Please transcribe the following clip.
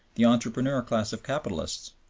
the entrepreneur class of capitalists,